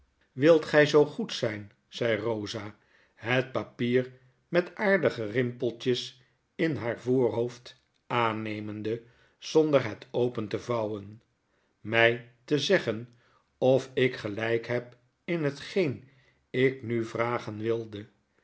wilt gij zoo goed zijn zei rosa het papier met aardige rimpeltjes in haar voorhoofdi aannemende zonder het open te vouwen my te zeggen of ik gelyk heb in hetgeen ik nu vragen wilde